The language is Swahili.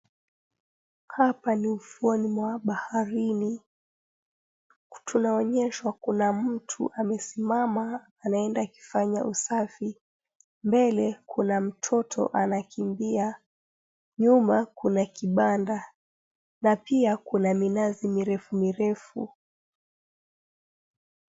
Hapa ni ufuoni mwa baharini, tunaonyeshwa kuna mtu amesimama anaenda akifanya usafi, mbele kuna mtoto anakimbia, nyuma kuna kibanda, na pia kuna minazi mirefu mirefu.